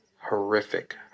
horrific